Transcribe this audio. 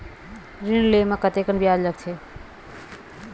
ऋण ले म कतेकन ब्याज लगथे?